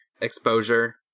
exposure